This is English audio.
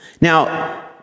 Now